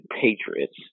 Patriots